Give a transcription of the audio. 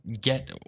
get